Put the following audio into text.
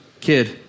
Kid